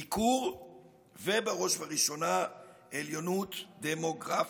ניכור ובראש ובראשונה עליונות דמוגרפית.